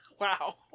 Wow